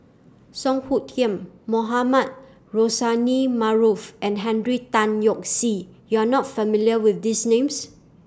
Song Hoot Kiam Mohamed Rozani Maarof and Henry Tan Yoke See YOU Are not familiar with These Names